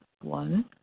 One